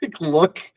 look